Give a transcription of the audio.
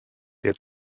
der